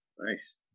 Nice